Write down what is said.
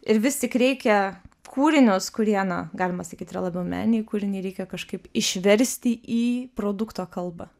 ir vis tik reikia kūrinius kurie na galima sakyt yra labiau meniniai kūriniai reikia kažkaip išversti į produkto kalbą